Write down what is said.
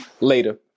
later